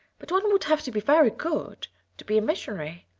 but one would have to be very good to be a missionary,